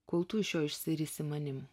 kol tu iš jo išsirisi manim